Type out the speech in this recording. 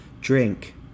Drink